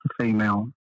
female